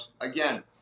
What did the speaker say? again